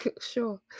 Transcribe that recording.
sure